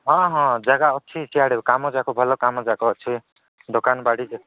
ହଁ ହଁ ଜାଗା ଅଛି ସିଆଡ଼େ କାମ ଯାକ ଭଲ କାମ ଯାକ ଅଛି ଦୋକାନ ବାଡ଼ି